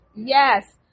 Yes